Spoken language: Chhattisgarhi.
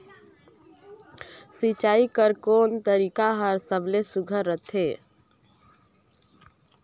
सिंचाई कर कोन तरीका हर सबले सुघ्घर रथे?